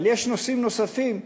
אבל יש נושאים נוספים,